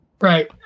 Right